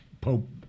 Pope